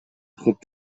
кылып